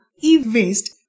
e-waste